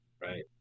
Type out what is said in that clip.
Right